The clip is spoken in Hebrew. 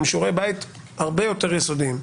עם שיעורי בית הרבה יותר יסודיים.